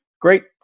Great